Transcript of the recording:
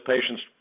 patient's